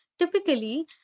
Typically